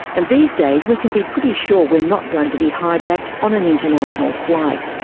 and these days we can be pretty sure we're not going to be hijacked on an international flight.